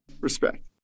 respect